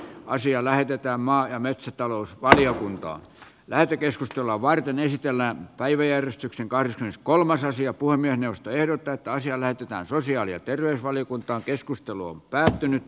asia lähetetään maa ja metsätalousvaliokuntaan lähetekeskustelua varten esitellään päiväjärjestyksen carstens kolmas asia puolueen puhemiesneuvosto ehdottaa että asia lähetetään työelämä ja terveysvaliokunta keskustelu on päättynyt